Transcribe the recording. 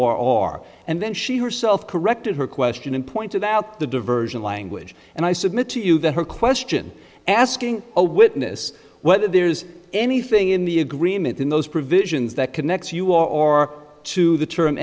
or r and then she herself corrected her question and pointed out the diversion language and i submit to you that her question asking a witness whether there is anything in the agreement in those provisions that connects you or to the term